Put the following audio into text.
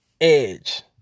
edge